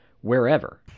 wherever